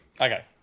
Okay